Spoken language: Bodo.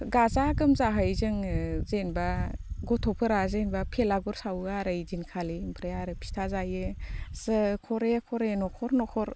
गाजा गोमजायै जोङो जेनेबा गथ'फोरा जेनेबा भेलागुर सावो आरो ओइदिनखालि ओमफ्राय आरो फिथा जायो जों घरे घरे न'खर न'खर